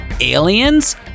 aliens